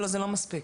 אבל זה לא מספיק.